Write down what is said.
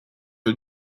are